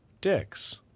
dicks